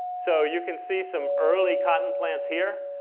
so you can see some early cotton plants here.